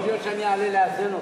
יכול להיות שאני אעלה לאזן אותו.